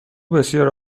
بسیار